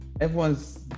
everyone's